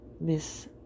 Miss